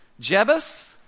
Jebus